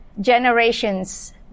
generations